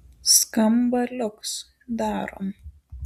skamba liuks darom